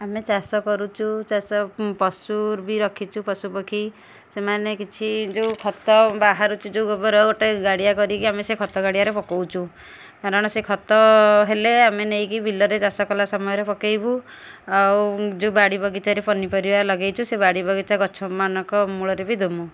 ଆମେ ଚାଷ କରୁଛୁ ଚାଷ ପଶୁ ବି ରଖିଛୁ ପଶୁପକ୍ଷୀ ସେମାନେ କିଛି ଯେଉଁ ଖତ ବାହାରୁଛି ଗୋବର ଗୋଟାଇ ଗାଡ଼ିଆ କରିକି ଆମେ ସେ ଖତ ଗାଡ଼ିଆରେ ପକାଉଛୁ କାରଣ ସେ ଖତ ହେଲେ ଆମେ ନେଇକି ବିଲରେ ଚାଷ କଲା ସମୟରେ ପକାଇବୁ ଆଉ ଯେଉଁ ବାଡ଼ି ବଗିଚାରେ ପନିପରିବା ଲଗାଇଛୁ ସେ ବାଡ଼ି ବଗିଚା ଗଛମାନଙ୍କ ମୂଳରେ ବି ଦେମୁଁ